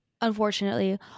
unfortunately